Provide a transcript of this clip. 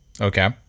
Okay